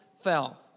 fell